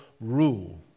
rule